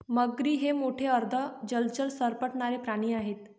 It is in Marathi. मगरी हे मोठे अर्ध जलचर सरपटणारे प्राणी आहेत